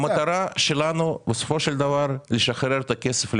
המטרה שלנו בסופו של דבר זה לשחרר את הכסף לאנשים,